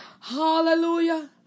Hallelujah